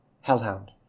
Hellhound